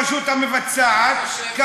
הרשות המבצעת אני חושב שכאשר אני,